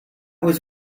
was